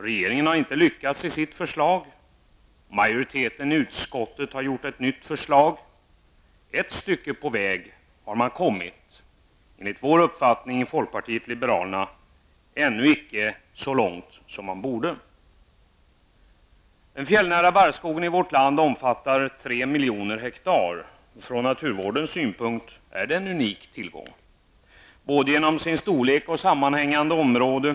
Regeringen har inte lyckats med sitt förslag, och utskottsmajoriteten har gjort ett nytt förslag. Man har kommit ett stycke på väg, men enligt vår uppfattning i folkpartiet liberalerna har man ännu icke hunnit så långt som man borde. Den fjällnära barrskogen i vårt land omfattar 3 miljoner hektar. Från naturvårdens synpunkt är den en unik tillgång genom sin storlek och genom det sammanhängande området.